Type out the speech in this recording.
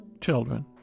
Children